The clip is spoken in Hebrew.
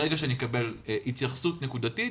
ברגע שאני אקבל התייחסות נקודתית,